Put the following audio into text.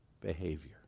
behavior